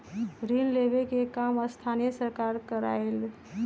ऋण लेवे के काम स्थानीय सरकार करअलई